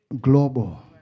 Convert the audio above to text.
Global